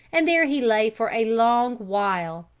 and there he lay for a long while,